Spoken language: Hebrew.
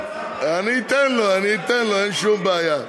אני אתן לו, אין שום בעיה.